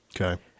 Okay